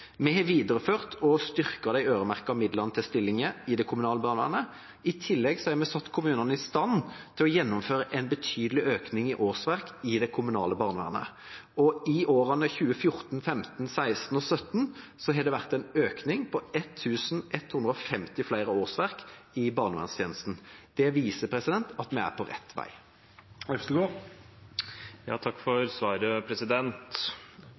Vi har videreført og styrket de øremerkede midlene til stillinger i det kommunale barnevernet. I tillegg har vi satt kommunene i stand til å gjennomføre en betydelig økning i årsverk i det kommunale barnevernet, og i årene 2014, 2015, 2016 og 2017 har det vært en økning på 1 150 flere årsverk i barnevernstjenestene. Det viser at vi er på rett vei.